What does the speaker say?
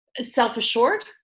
self-assured